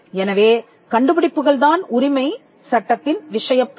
எனவே கண்டுபிடிப்புகள் தான் உரிமை சட்டத்தின் விஷயப் பொருள்